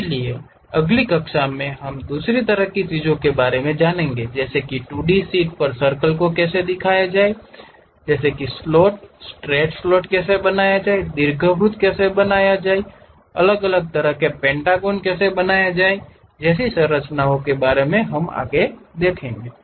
इसलिए अगली कक्षा में हम दूसरी तरह की चीजों के बारे में जानेंगे जैसे कि 2 डी शीट पर सर्कल को कैसे दिखाया जाए जैसे कि स्लॉट स्ट्रेट स्लॉट इसे कैसे बनाया जाए दीर्घवृत्त कैसे बनाया जाए एक अलग तरह का पेंटागन कैसे बनाया जाए जैसी संरचनाओं और अन्य चीजों की तरह को हम देखेंगे